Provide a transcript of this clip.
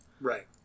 right